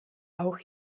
auch